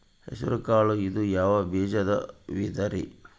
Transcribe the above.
ಹೆಸರುಕಾಳು ಇದು ಯಾವ ಬೇಜದ ವಿಧರಿ?